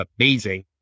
amazing